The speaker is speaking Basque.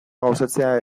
gauzatzea